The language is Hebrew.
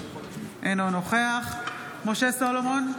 אינו נוכח משה סולומון,